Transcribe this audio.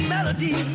Melody